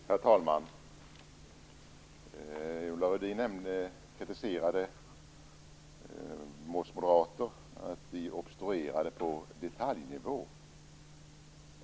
Herr talman! Ulla Rudin kritiserade oss moderater för att vi obstruerade på detaljnivå.